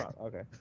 Okay